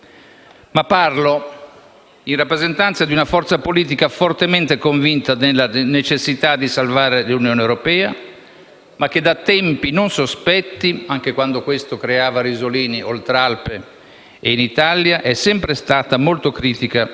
ma parlo in rappresentanza di una forza politica fortemente convita della necessità di salvare l'Unione europea, ma che, da tempi non sospetti, anche quando questo creava risolini Oltralpe e in Italia, è sempre stata molto critica